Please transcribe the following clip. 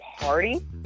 party